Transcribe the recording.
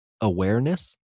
awareness